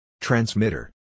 Transmitter